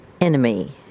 enemy